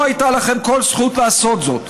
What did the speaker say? לא הייתה לכם כל זכות לעשות זאת,